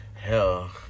Hell